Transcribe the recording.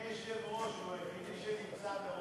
שנמצא, זה אני.